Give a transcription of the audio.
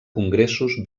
congressos